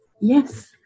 Yes